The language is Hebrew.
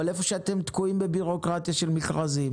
אבל איפה שאתם תקועים בבירוקרטיה של מכרזים